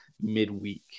midweek